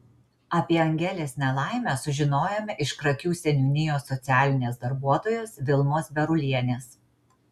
apie angelės nelaimę sužinojome iš krakių seniūnijos socialinės darbuotojos vilmos berulienės